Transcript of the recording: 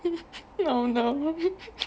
no no